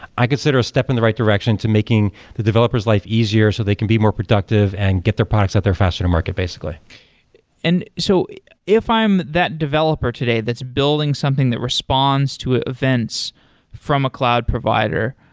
i consider a step in the right direction to making the developers life easier, so they can be more productive and get their products out there faster to market, basically and so if i'm that developer today that's building something that responds to ah events from a cloud provider,